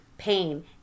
Pain